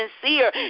sincere